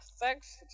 Thanks